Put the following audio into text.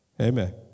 Amen